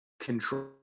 Control